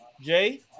Jay